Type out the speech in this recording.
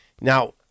Now